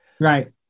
Right